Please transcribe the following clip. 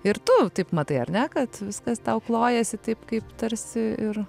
ir tu taip matai ar ne kad viskas tau klojasi taip kaip tarsi ir